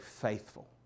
faithful